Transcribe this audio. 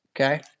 Okay